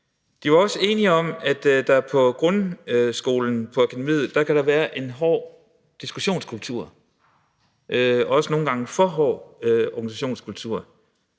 De var også enige om, at der på grundskolen på akademiet kan være en hård diskussionskultur – og nogle gange også en for hård diskussionskultur